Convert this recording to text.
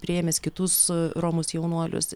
priėmęs kitus romus jaunuolius